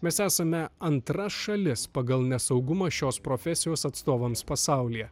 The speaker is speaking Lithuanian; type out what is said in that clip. mes esame antra šalis pagal nesaugumą šios profesijos atstovams pasaulyje